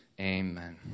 Amen